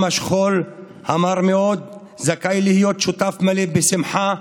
השכול המר מאוד זכאי להיות שותף מלא בשמחה